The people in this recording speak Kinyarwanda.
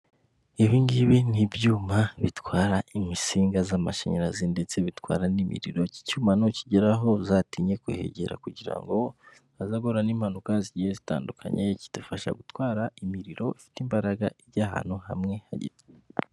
Ibi ngibi n'ibyuma bitwara imisinga z'amashanyarazi ndetse bitwara n'imiriro, iki cyuma nukigeraho uzatinye kuhegera, kugira ngo utazahura n'impanuka zigiye zitandukanye, kidufasha gutwara imiriro ufite imbaraga ijya ahantu hamwe.